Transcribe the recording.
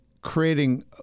Creating